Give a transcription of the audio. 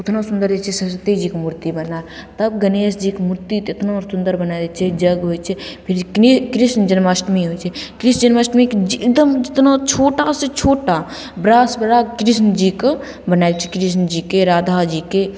उतना सुन्दर जे छै सरस्वती जीके मूर्ति बना तब गणेश जीके मूर्ति तऽ इतना सुन्दर बना दै छै यज्ञ होइ छै फिर क्रि कृष्ण जन्माष्टमी होइ छै कृष्ण जन्माष्टमीके एकदम इतना छोटा से छोटा बड़ा सँ बड़ा कृष्ण जीके बनय छै कृष्ण जीके राधा जीके